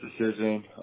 decision